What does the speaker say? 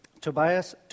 Tobias